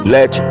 Let